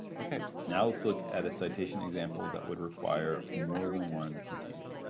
okay, now let's look at a citation example that would require more than one container.